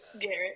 Garrett